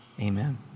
amen